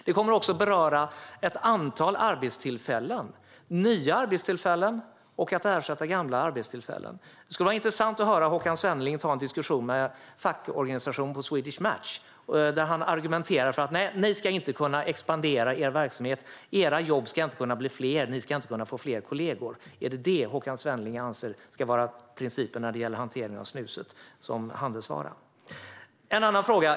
Den kommer också att beröra arbetstillfällen - att skapa nya och att ersätta gamla. Det skulle vara intressant att höra Håkan Svenneling ta en diskussion med fackorganisationen på Swedish Match, där han säger: "Nej, ni ska inte kunna expandera er verksamhet. Era jobb ska inte kunna bli fler. Ni ska inte kunna få fler kollegor." Är det det Håkan Svenneling anser ska vara principen när det gäller hanteringen av snuset som handelsvara?